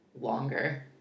longer